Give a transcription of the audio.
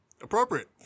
Appropriate